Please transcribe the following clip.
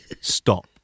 Stop